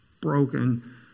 broken